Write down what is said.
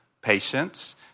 patients